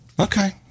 Okay